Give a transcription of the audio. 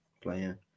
Player